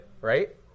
right